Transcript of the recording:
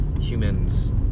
humans